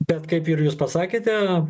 bet kaip ir jūs pasakėte